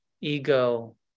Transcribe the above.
ego